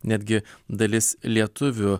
netgi dalis lietuvių